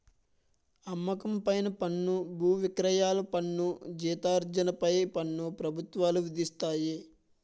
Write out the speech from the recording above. అమ్మకం పైన పన్ను బువిక్రయాల పన్ను జీతార్జన పై పన్ను ప్రభుత్వాలు విధిస్తాయి